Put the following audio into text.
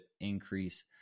increase